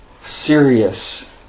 serious